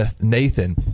Nathan